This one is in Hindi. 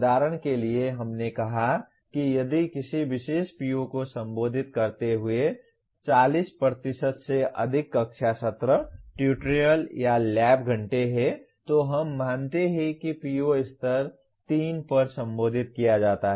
उदाहरण के लिए हमने कहा कि यदि किसी विशेष PO को संबोधित करते हुए 40 से अधिक कक्षा सत्र ट्यूटोरियल या लैब घंटे हैं तो हम मानते हैं कि PO स्तर 3 पर संबोधित किया जाता है